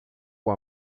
com